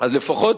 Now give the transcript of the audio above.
אז לפחות